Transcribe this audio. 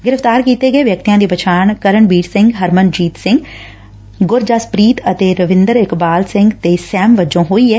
ਗ੍ਰਿਫ਼ਤਾਰ ਕੀਤੇ ਵਿਅਕਤੀਆਂ ਦੀ ਪਛਾਣ ਕਰਨਬੀਰ ਸਿੰਘ ਹਰਮਨਜੀਤ ਸਿੰਘ ਗੁਰਜਸਪ੍ਰੀਤ ਸਿੰਘ ਅਤੇ ਰਵਿੰਦਰ ਇਕਬਾਲ ਸਿੰਘ ਸੈਮ ਵਜੋਂ ਹੋਈ ਏ